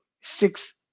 six